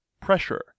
Pressure